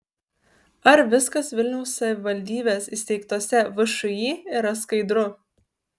ar viskas vilniaus savivaldybės įsteigtose všį yra skaidru